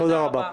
תודה רבה.